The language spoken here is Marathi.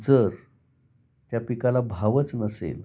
जर त्या पिकाला भावच नसेल